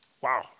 Wow